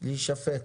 להישפט.